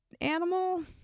animal